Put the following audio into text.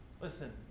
Listen